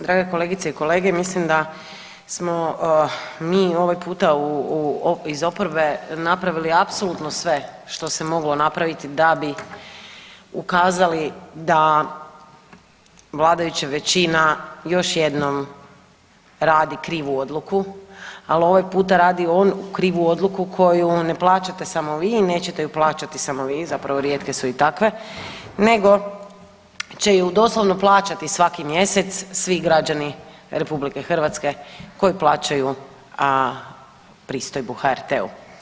Drage kolegice i kolege mislim da smo mi ovaj puta u, iz oporbe napravili apsolutno sve što se moglo napraviti da bi ukazali da vladajuća većina još jednom radi krivu odluku, ali ovaj puta radi onu krivu odluku koju ne plaćate samo vi, nećete ju plaćati samo vi zapravo rijetke su i takve, nego će ju doslovno plaćati svaki mjesec svi građani RH koji plaćaju pristojbu HRT-u.